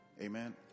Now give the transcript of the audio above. Amen